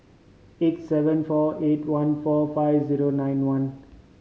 eight seven four eight one four five zero nine one